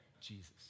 Jesus